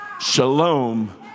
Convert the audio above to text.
Shalom